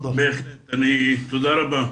תודה רבה.